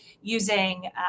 using